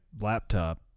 laptop